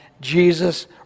Jesus